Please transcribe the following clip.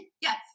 yes